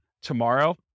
tomorrow